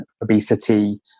obesity